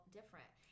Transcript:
different